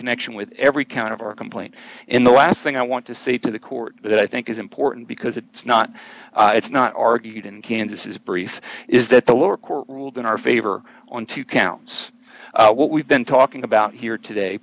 connection with every count of our complaint in the last thing i want to say to the court that i think is important because it's not it's not argued in kansas is brief is that the lower court ruled in our favor on two counts what we've been talking about here today